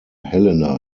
helena